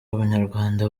ubunyarwanda